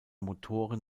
motoren